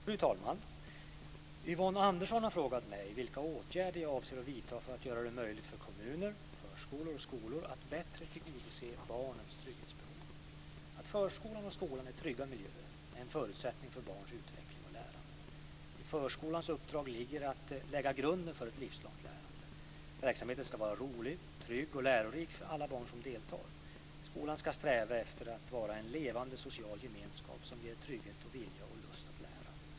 Fru talman! Yvonne Andersson har frågat mig vilka åtgärder jag avser att vidta för att göra det möjligt för kommuner, förskolor och skolor att bättre tillgodose barnens trygghetsbehov. Att förskolan och skolan är trygga miljöer är en förutsättning för barns utveckling och lärande. I förskolans uppdrag ligger att lägga grunden för ett livslångt lärande. Verksamheten ska vara rolig, trygg och lärorik för alla barn som deltar. Skolan ska sträva efter att vara en levande social gemenskap som ger trygghet och vilja och lust att lära.